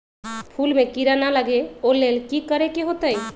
फूल में किरा ना लगे ओ लेल कि करे के होतई?